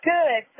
Good